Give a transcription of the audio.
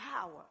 power